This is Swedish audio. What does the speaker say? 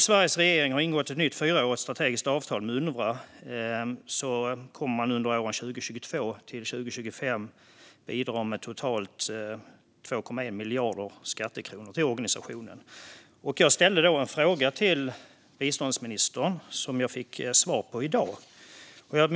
Sveriges regering har nu ingått ett nytt fyraårigt strategiskt avtal med UNRWA och kommer under 2022-2025 att bidra med totalt 2,1 miljarder skattekronor till organisationen. Jag ställde därför en fråga till biståndsministern och fick svar på den i dag.